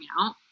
out